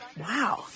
wow